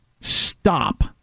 stop